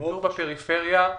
האיתור בפריפריה,